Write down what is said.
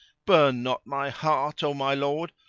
burn not my heart, o my lord,